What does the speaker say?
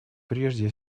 прежде